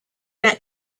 that